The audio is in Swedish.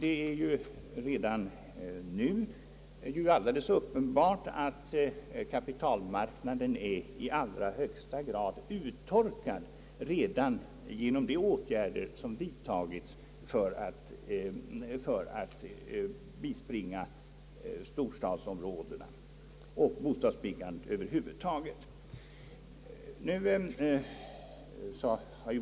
Det är ju redan nu uppenbart att kapitalmarknaden är i allra högsta grad uttorkad redan genom de åtgärder som vidtagits för att bispringa storstadsområdena och stödja bostadsbyggandet över huvud taget.